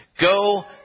go